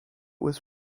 was